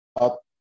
up